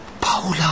Paula